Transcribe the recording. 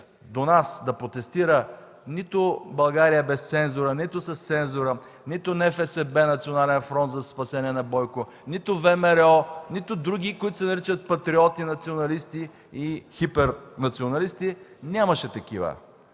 до нас да протестира нито България без цензура, нито с цензура, нито НФСБ – Национален фронт за спасение на Бойко, нито ВМРО, нито други, които се наричат патриоти, националисти и хипернационалисти, нямаше такива.